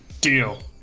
deal